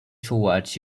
toward